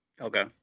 Okay